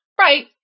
right